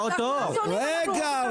--- רגע,